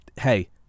hey